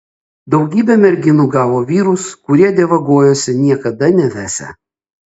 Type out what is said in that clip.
daugybė merginų gavo vyrus kurie dievagojosi niekada nevesią